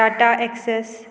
Tata access